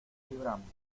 libramos